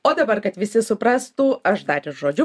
o dabar kad visi suprastų aš dar ir žodžiu